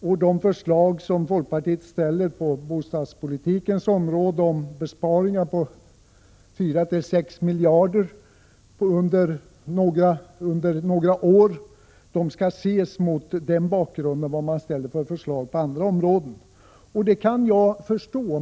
Och de förslag folkpartiet ställer på bostadspolitikens område om besparingar på 4—6 miljarder under några år skall ses mot bakgrund av de förslag man ställer på andra områden. Det kan jag förstå.